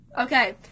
Okay